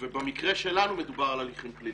ובמקרה שלנו מדובר על הליכים פליליים.